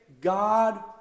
God